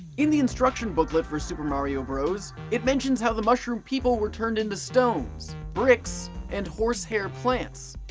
in the instruction booklet for super mario bros. it mentions how the mushroom people were turned into stones, bricks and horse-hair plants.